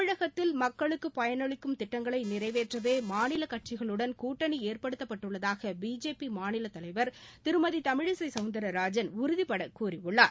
தமிழகத்தில் மக்களுக்கு பயனளிக்கும் திட்டங்களை நிறைவேற்றவே மாநில கட்சிகளுடன் கூட்டணி ஏற்படுத்தப்பட்டுள்ளதாக பிஜேபி மாநில தலைவர் திருமதி தமிழிசை சௌந்தரராஜன் உறுதிபட கூறியுள்ளார்